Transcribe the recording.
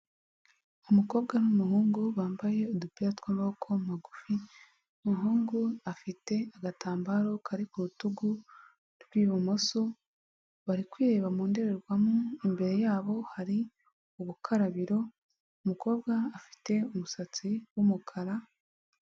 Umukobwa n'umuhungu bambaye udupira tw'amaboko magufi, umuhungu afite agatambaro kari ku rutugu rw'ibumoso, bari kwireba mu ndorerwamo, imbere yabo hari ubukarabiro, umukobwa afite umusatsi w'umukara.